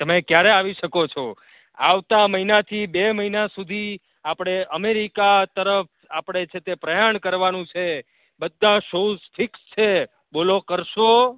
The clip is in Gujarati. તમે ક્યારે આવી શકો છો આવતા મહિનાથી બે મહિના સુધી આપણે અમેરિકા તરફ આપણે છે તે પ્રયાણ કરવાનું છે બધા શોઝ ફિક્સ છે બોલો કરશો